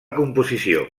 composició